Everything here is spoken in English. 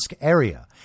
area